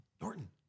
Norton